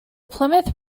plymouth